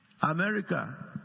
America